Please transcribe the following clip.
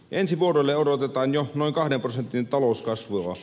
ensi vuodelle odotetaan jo noin kahden prosentin talouskasvua